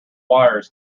wires